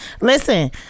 Listen